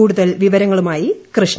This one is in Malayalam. കൂടുതൽ വിവരങ്ങളുമായി കൃഷ്ണ